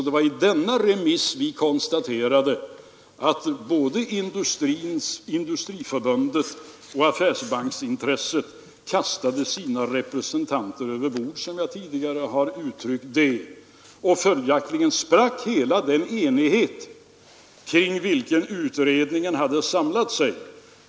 Det var vid denna remiss vi konstaterade att både Industriförbundet och affärsbanksintressena kastade sina representanter överbord, såsom jag tidigare har uttryckt det. Följaktligen sprack hela den enighet kring vilken utredningen hade samlat sig.